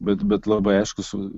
bet bet labai aišku su